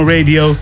Radio